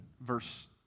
verse